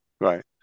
Right